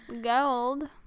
gold